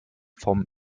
vom